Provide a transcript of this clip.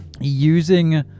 using